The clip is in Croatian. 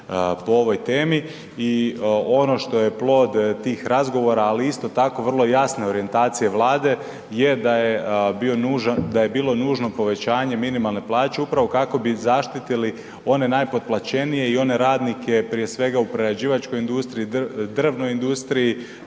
po ovoj temi i ono što je plod tih razgovora, ali isto tako vrlo jasne orijentacije Vlade jer da je bilo nužno povećanje minimalne plaće upravo kako bi zaštitili one najpotplaćenije i one radnike, prije svega u prerađivačkoj industriji, drvnoj industriji,